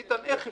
ביטן, איך אפשר?